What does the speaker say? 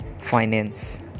finance